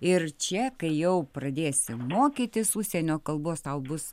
ir čia kai jau pradėsi mokytis užsienio kalbos tau bus